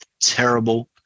terrible